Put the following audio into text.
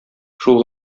шул